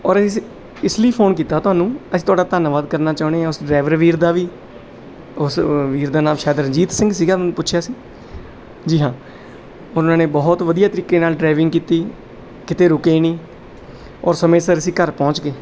ਔਰ ਇਸ ਇਸ ਲਈ ਫੋਨ ਕੀਤਾ ਤੁਹਾਨੂੰ ਅਸੀਂ ਤੁਹਾਡਾ ਧੰਨਵਾਦ ਕਰਨਾ ਚਾਹੁੰਦੇ ਹਾਂ ਉਸ ਡਰਾਈਵਰ ਵੀਰ ਦਾ ਵੀ ਉਸ ਵੀਰ ਦਾ ਨਾਮ ਸ਼ਾਇਦ ਰਣਜੀਤ ਸਿੰਘ ਸੀਗਾ ਮੈਂ ਪੁੱਛਿਆ ਸੀ ਜੀ ਹਾਂ ਉਹਨਾਂ ਨੇ ਬਹੁਤ ਵਧੀਆ ਤਰੀਕੇ ਨਾਲ ਡਰਾਈਵਿੰਗ ਕੀਤੀ ਕਿਤੇ ਰੁਕੇ ਨਹੀਂ ਔਰ ਸਮੇਂ ਸਿਰ ਅਸੀਂ ਘਰ ਪਹੁੰਚ ਗਏ